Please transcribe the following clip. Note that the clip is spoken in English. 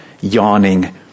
yawning